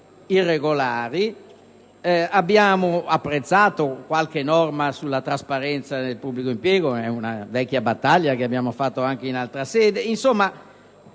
irregolari, e abbiamo apprezzato qualche norma sulla trasparenza nel pubblico impiego, che è una vecchia battaglia che abbiamo condotto anche in altra sede.